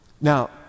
Now